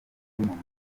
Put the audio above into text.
yashyize